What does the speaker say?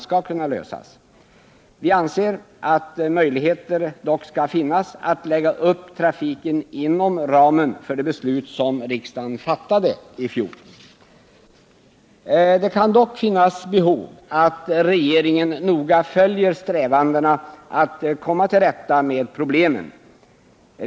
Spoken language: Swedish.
Vi anser att det dock bör finnas möjligheter att lägga upp trafiken inom ramen för det beslu! som riksdagen fattade i fjol. Det kan emellertid vara nödvändigt att regeringen noga följer strävandena att komma till rätta med problemen.